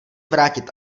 vrátit